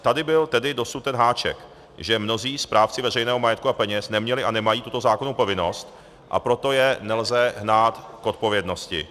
Tady byl dosud ten háček, že mnozí správci veřejného majetku a peněz neměli a nemají tuto zákonnou povinnost, a proto je nelze hnát k odpovědnosti.